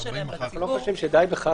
אנחנו לא חושבים שדי בכך.